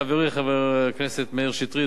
חברי חבר הכנסת מאיר שטרית,